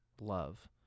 love